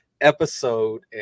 episode